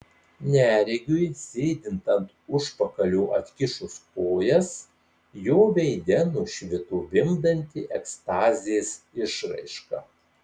neregiui sėdint ant užpakalio atkišus kojas jo veide nušvito vimdanti ekstazės išraiška